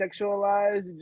sexualized